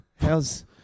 How's